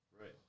Right